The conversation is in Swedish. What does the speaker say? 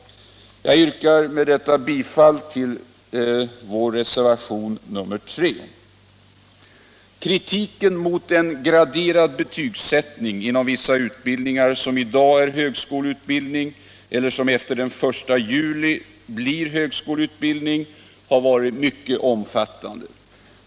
Kritiken mot en graderad betygssättning inom vissa utbildningar som i dag är högskoleutbildning eller som efter den 1 juli 1977 blir högskoleutbildning har varit mycket omfattande.